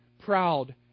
proud